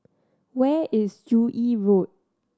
where is Joo Yee Road